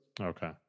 Okay